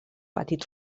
petit